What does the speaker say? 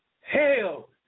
hell